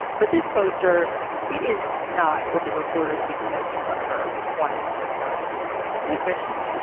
but this poster it is not with the reporters taking notes in front of her wanted to discuss any questions